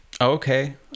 Okay